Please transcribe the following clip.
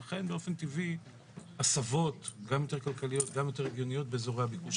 לכן באופן טבעי הסבות גם כלכליות באזורי הביקוש.